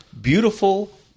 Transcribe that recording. Beautiful